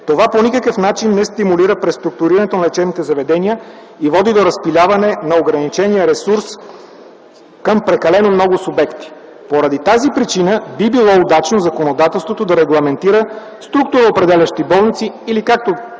Това по никакъв начин не стимулира преструктурирането на лечебните заведения и води до разпиляване на ограничения ресурс към прекалено много субекти. Поради тази причина би било удачно законодателството да регламентира структуроопределящи болници, или както